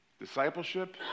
Discipleship